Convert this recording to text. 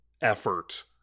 effort